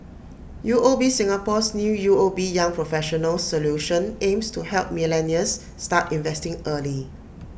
U O B Singapore's new U O B young professionals solution aims to help millennials start investing early